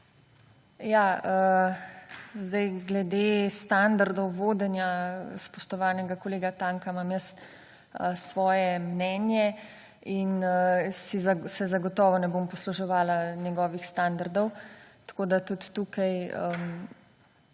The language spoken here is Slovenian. glede standardov vodenja, spoštovanega kolega Tanka imam jaz svoje mnenje in se zagotovo ne bom posluževala njegovih standardov, tako da tudi tukaj